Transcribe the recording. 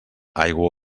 aigua